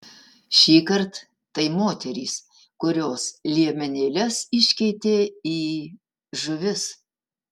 šįkart tai moterys kurios liemenėles iškeitė į žuvis